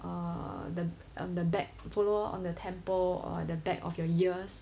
err the the back below on the temple or the back of your ears